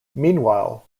meanwhile